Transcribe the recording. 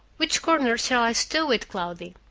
which corner shall i stow it, cloudy?